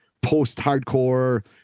post-hardcore